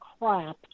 crap